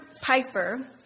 Piper